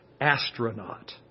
astronaut